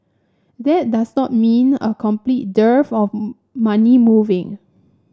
that does not mean a complete dearth of money moving